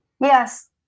Yes